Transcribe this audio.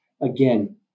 again